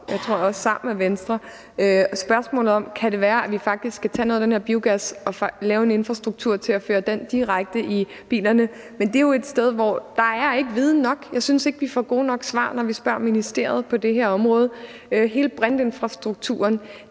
tror jeg, taget spørgsmålet op, om kan det være, at vi faktisk skal tage noget af den her biogas og lave en infrastruktur, som kan føre den direkte i bilerne. Men det er jo et sted, hvor der ikke er viden nok. Jeg synes ikke, vi får gode nok svar, når vi spørger ministeriet på det her område. Hele brintinfrastrukturen